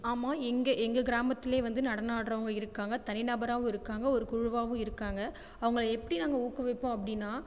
ஆமாம் எங்கள் எங்கள் கிராமத்தில் வந்து நடனம் ஆடறவங்க இருக்காங்க தனி நபராகவும் இருக்காங்க ஒரு குழுவாகவும் இருக்காங்க அவங்கள எப்படி நாங்கள் ஊக்குவிப்போம் அப்படின்னா